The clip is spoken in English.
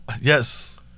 Yes